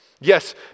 Yes